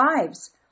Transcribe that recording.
lives